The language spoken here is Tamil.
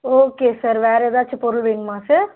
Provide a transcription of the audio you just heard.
ஓகே சார் வேறு ஏதாச்சு பொருள் வேணுமா சார்